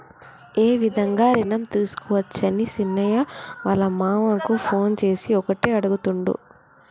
ఏ విధంగా రుణం తీసుకోవచ్చని సీనయ్య వాళ్ళ మామ కు ఫోన్ చేసి ఒకటే అడుగుతుండు